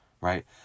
right